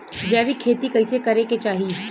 जैविक खेती कइसे करे के चाही?